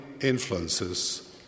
influences